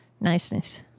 niceness